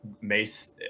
Mace